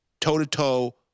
toe-to-toe